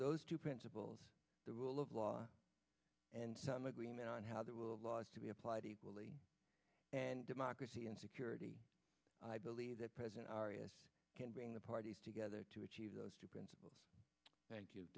those two principles the rule of law and some agreement on how that will laws to be applied equally and democracy and security i believe that president arias can bring the parties together to achieve those two principles